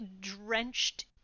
drenched